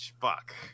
fuck